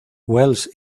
wells